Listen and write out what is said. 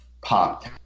pop